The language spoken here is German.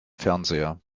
fernseher